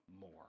more